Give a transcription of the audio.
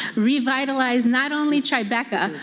revitalize not only tribeca,